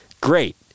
Great